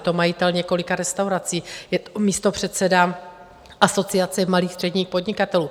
Je to majitel několika restaurací, je to místopředseda Asociace malých a středních podnikatelů.